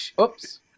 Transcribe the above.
Oops